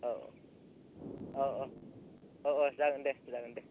औ औ औ औ औ जागोन दे जागोन दे